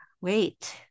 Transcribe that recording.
wait